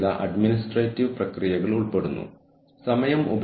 കൂടാതെ കൃത്യമായ നടപടിക്രമങ്ങൾ പാലിക്കപ്പെടുന്നുവെന്ന് അവർ ഉറപ്പാക്കും